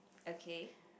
okay